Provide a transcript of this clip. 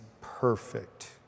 perfect